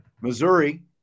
Missouri